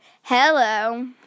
hello